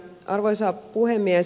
arvoisa puhemies